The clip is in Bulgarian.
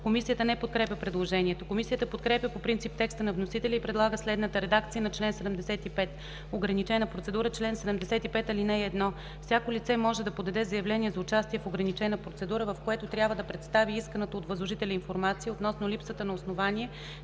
Комисията не подкрепя предложението. Комисията подкрепя по принцип текста на вносителя и предлага следната редакция на чл. 75: „Ограничена процедура Чл. 75. (1) Всяко лице може да подаде заявление за участие в ограничена процедура, в което трябва да представи исканата от възложителя информация относно липсата на основания